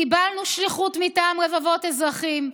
קיבלנו שליחות מטעם רבבות אזרחים,